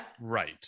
Right